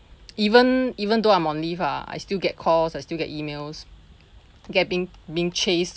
even even though I'm on leave ah I still get calls I still get emails get being being chased